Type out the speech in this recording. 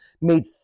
made